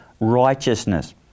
righteousness